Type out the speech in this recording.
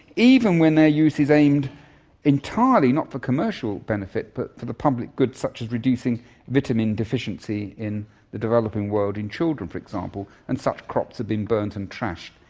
even when their use is aimed entirely not for commercial benefit but for the public good, such as reducing vitamin deficiency in the developing world in children for example, and such crops have been burned and trashed,